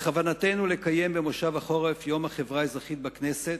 בכוונתנו לקיים בכנס החורף את יום החברה האזרחית בכנסת,